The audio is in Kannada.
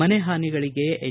ಮನೆ ಹಾನಿಗಳಿಗೆ ಎನ್